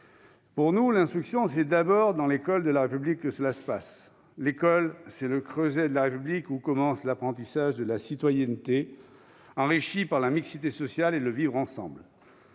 Pour nous, l'instruction c'est d'abord à l'école de la République. L'école, c'est le creuset de la République où commence l'apprentissage de la citoyenneté, enrichie par la mixité sociale et le vivre-ensemble.